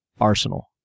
arsenal